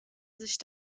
sich